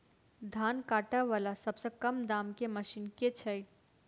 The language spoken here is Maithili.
धान काटा वला सबसँ कम दाम केँ मशीन केँ छैय?